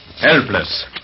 Helpless